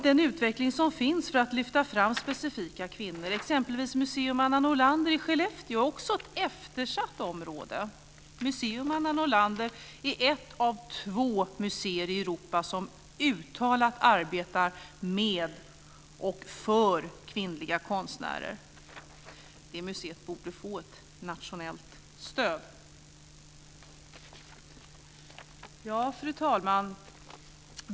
Den utveckling som finns för att lyfta fram specifika kvinnor, exempelvis Museum Anna Nordlander i Skellefteå, är också ett eftersatt område. Museum Anna Nordlander är ett av två museer i Europa som uttalat arbetar med och för kvinnliga konstnärer. Det museet borde få ett nationellt stöd. Fru talman!